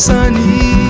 Sunny